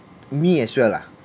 me as well lah